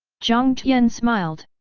jiang tian smiled.